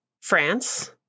France